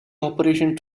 operation